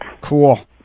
Cool